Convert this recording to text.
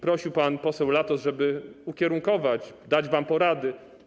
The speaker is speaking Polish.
Prosił pan poseł Latos, żeby ukierunkować, dać wam porady.